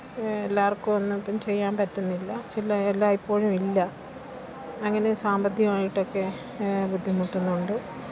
എല്ലാവര്ക്കുമൊന്നും ഇപ്പം ചെയ്യാന് പറ്റുന്നില്ല ചില്ലായെല്ലാ ഇപ്പോഴുമില്ല അങ്ങനെ സാമ്പത്തികമായിട്ടൊക്കെ ബുദ്ധിമുട്ടുന്നുണ്ട്